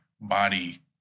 body